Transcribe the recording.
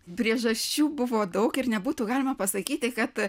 priežasčių buvo daug ir nebūtų galima pasakyti kad